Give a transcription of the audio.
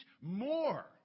more